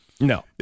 No